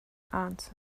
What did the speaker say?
answered